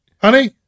Honey